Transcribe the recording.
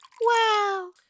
Wow